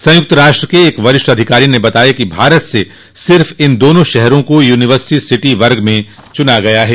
संयुक्त राष्ट्र के एक वरिष्ठ अधिकारी ने बताया कि भारत से सिर्फ इन दानों शहरों को यूनिवर्सिटी सिटी वर्ग में चुना गया है